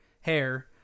hair